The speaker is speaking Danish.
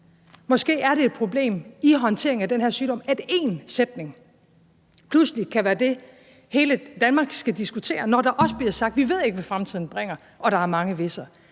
Måske er det et problem i håndteringen af den her sygdom, at én sætning pludselig kan være det, hele Danmark skal diskutere, når der også bliver sagt, at vi ikke ved, hvad fremtiden bringer, og at der er mange hvis'er.